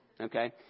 Okay